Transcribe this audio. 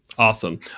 Awesome